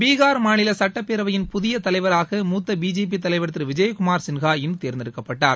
பீகார் மாநில சட்டப் பேரவையின் புதிய தலைவராக மூத்த பிஜேபி தலைவர் திரு விஜயகுமார் சின்ஹா இன்று தேர்ந்தெடுக்கப்பட்டார்